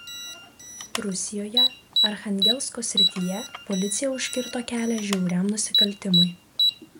rusijoje archangelsko srityje policija užkirto kelią žiauriam nusikaltimui